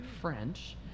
French